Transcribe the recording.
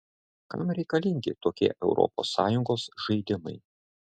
kam reikalingi tokie europos sąjungos žaidimai